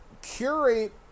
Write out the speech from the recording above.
curate